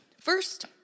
First